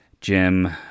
Jim